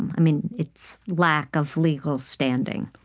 i mean, its lack of legal standing.